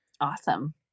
awesome